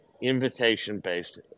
invitation-based